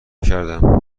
کردم